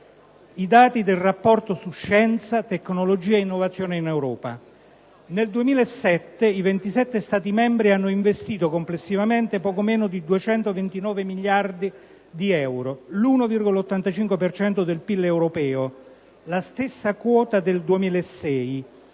i dati del rapporto su scienza, tecnologia e innovazione in Europa: nel 2007, i 27 Stati membri hanno investito complessivamente poco meno di 229 miliardi di euro, l'1,85 per cento del PIL europeo; la stessa quota del 2006,